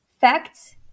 facts